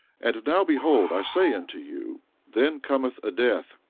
and now behold, i say unto you then cometh a death,